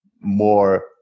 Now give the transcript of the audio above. more